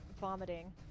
vomiting